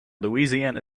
louisiana